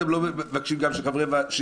לפני הקריאה הראשונה